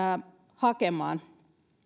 hakemaan